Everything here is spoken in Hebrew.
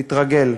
תתרגל.